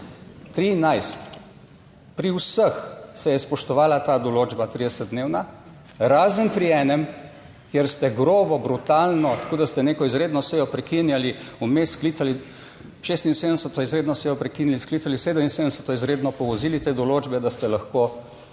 13! Pri vseh se je spoštovala ta določba, 30-dnevna, razen pri enem, kjer ste grobo, brutalno, tako, da ste neko izredno sejo prekinjali, vmes sklicali 76. izredno sejo, prekinili, sklicali 77. izredno, povozili te določbe, da ste lahko